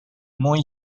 more